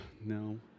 No